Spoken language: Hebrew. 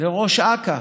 לראש אכ"א,